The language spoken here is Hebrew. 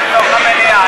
לתוך המליאה.